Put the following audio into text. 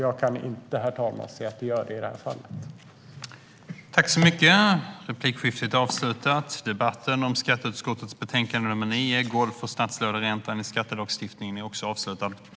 Jag kan inte se att så är fallet här, herr talman.